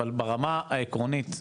אבל ברמה העקרונית,